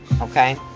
okay